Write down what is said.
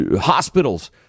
hospitals